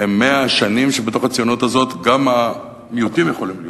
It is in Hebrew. הן 100 השנים שבתוך הציונות הזאת גם המיעוטים יכולים להיות,